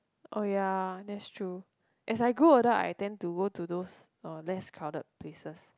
oh ya that's true as I grew older I tend to go to those uh less crowded places